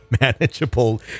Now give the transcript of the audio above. manageable